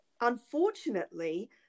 Unfortunately